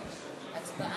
לתלמיד),